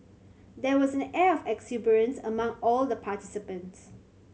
there was an air of exuberance among all the participants